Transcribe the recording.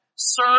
Sir